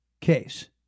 case